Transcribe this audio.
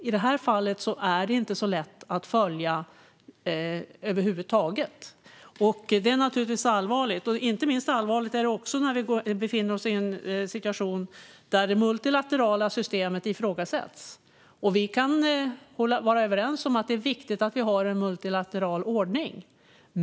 I det här fallet är det inte så lätt att följa över huvud taget. Detta är naturligtvis allvarligt, inte minst när vi befinner oss i en situation där det multilaterala systemet ifrågasätts. Vi kan vara överens om att det är viktigt att ha en multilateral ordning.